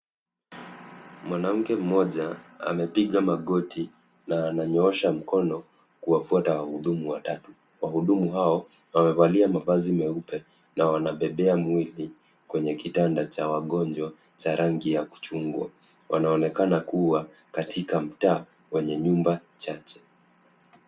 Mwanamke mmoja amepiga magoti na ananyoosha mkono kuwafuata wahudumu watatu. Wahudumu hao wamevalia mavazi meupe na wanabebea mwili kwenye kitanda cha wagonjwa cha rangi ya chungwa. Wanaonekana kuwa katika mtaa wenye nyumba chache.